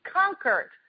conquered